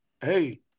hey